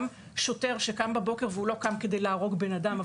שוטר שקם בבוקר לא קם כדי להרוג בן אדם,